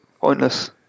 pointless